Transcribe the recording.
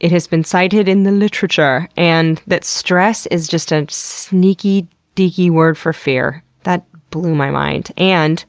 it has been cited in the literature. and that stress is just a sneaky-deaky word for fear. that blew my mind. and